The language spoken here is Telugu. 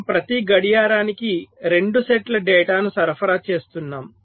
మనము ప్రతి గడియారానికి 2 సెట్ల డేటాను సరఫరా చేస్తున్నాము